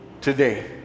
today